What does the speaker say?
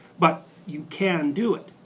but you can do it.